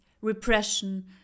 repression